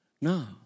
No